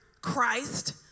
Christ